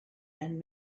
been